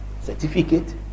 Certificate